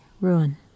ruin